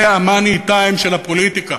זה המאני-טיים של הפוליטיקה.